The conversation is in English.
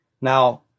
Now